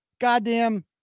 goddamn